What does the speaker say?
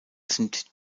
sind